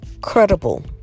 credible